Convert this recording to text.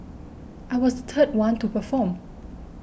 I was third one to perform